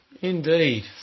indeed